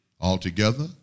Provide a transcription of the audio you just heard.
Altogether